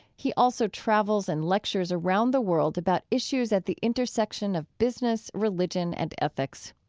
he also travels and lectures around the world about issues at the intersection of business, religion and ethics.